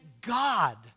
God